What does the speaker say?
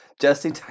Jesse